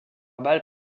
balle